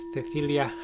Cecilia